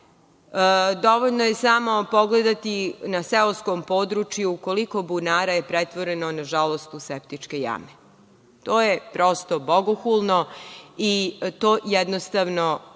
Dovoljno je samo pogledati na seoskom području koliko bunara je pretvoreno, nažalost, u septičke jame. To je prosto bogohulno i to jednostavno